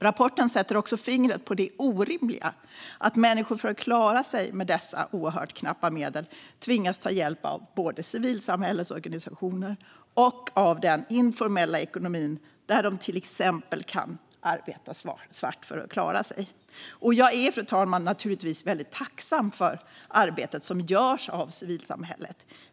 Rapporten sätter också fingret på det orimliga i att människor för att klara sig med dessa oerhört knappa medel tvingas ta hjälp av både civilsamhällets organisationer och den informella ekonomin, där de till exempel kan arbeta svart för att klara sig. Fru talman! Jag är naturligtvis tacksam för arbetet som görs av civilsamhället.